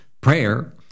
Prayer